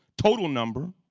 total number,